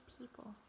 people